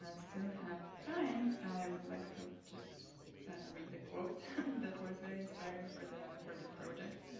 ah still have time, i would like to just read the quote that was very inspiring for the for the project.